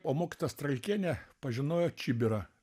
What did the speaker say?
o mokytoja stralkienė pažinojo kibirą